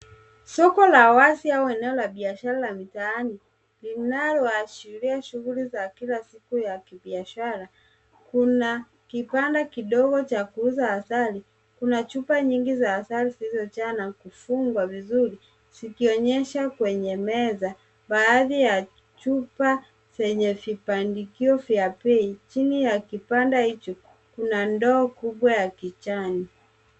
Soko la wazi au eneo la biashara la mitaani linaloashiria shughuli za kila siku ya kibiashara. Kuna kibanda kidogo cha kuuza asali, kuna chupa nyingi za asali zilizojaa na kufungwa vizuri zikionyesha kwenye meza. Baadhii ya chupa zenye vibandikio vya bei, chini ya kibanda hicho kuna ndoo kubwa ya kijani.